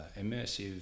immersive